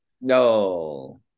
No